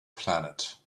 planet